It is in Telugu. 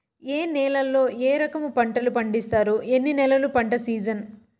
ఏ నేలల్లో ఏ రకము పంటలు పండిస్తారు, ఎన్ని నెలలు పంట సిజన్?